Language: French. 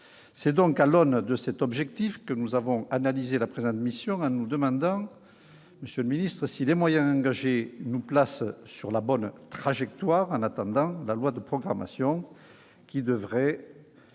C'est donc à l'aune de cet objectif que nous avons analysé la présente mission, en nous demandant, monsieur le ministre, si les moyens engagés nous placent sur la bonne trajectoire en attendant la loi de programmation dont